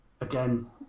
again